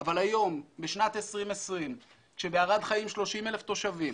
אבל היום, בשנת 2020 כשבערד חיים 30,000 תושבים